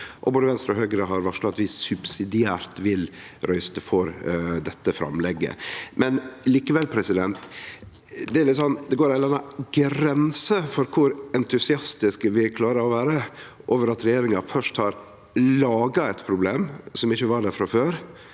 Både Venstre og Høgre har varsla at vi subsidiært vil røyste for dette framlegget. Likevel: Det går ei grense for kor entusiastiske vi klarer å vere over at regjeringa først har laga eit problem som ikkje var der frå før.